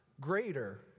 greater